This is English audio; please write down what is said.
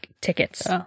tickets